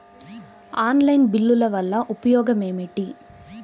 Online బిల్లుల వల్ల ఉపయోగమేమిటీ?